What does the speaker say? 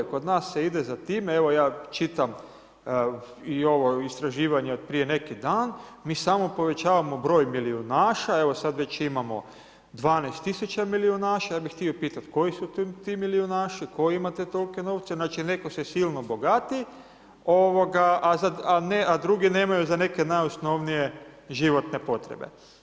Kod nas se ide za tim, evo ja čitam i ovo istraživanje od prije neki dan, mi samo povećavamo broj milijunaša, evo sad već imamo 12000 milijunaša, ja bi htio pitati, koji su ti milijunaši, tko ima te tolike novce, znači netko se silno bogati, a drugi nemaju za neke najosnovnije životne potrebe.